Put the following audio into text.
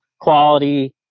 quality